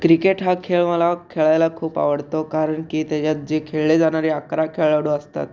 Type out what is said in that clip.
cricket हा खेळ मला खेळायला खूप आवडतो कारन की तेच्यात जे खेळले जाणारे अकरा खेळाडू असतात